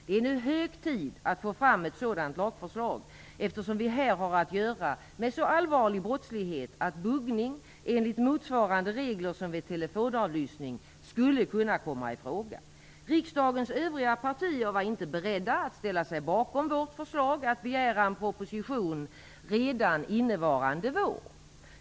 Det är nu hög tid att få fram ett sådant lagförslag, eftersom vi här har att göra med så allvarlig brottslighet att buggning enligt motsvarande regler som vid telefonavlyssning skulle kunna komma i fråga. Riksdagens övriga partier var inte beredda att ställa sig bakom vårt förslag att begära en proposition redan innevarande vår.